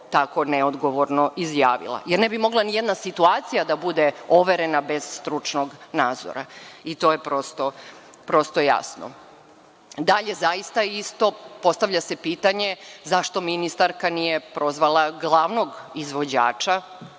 tako neodgovorno izjavila, jer ne bi mogla nijedna situacija da bude overena bez stručnog nadzora. To je prosto jasno. Dalje, zaista, postavlja se pitanje zašto ministarka nije prozvala glavnog izvođača,